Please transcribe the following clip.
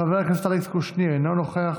חבר הכנסת אלכס קושניר, אינו נוכח,